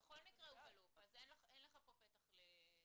אז אין כאן פתח למניפולציות.